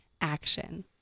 action